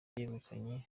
yegukanye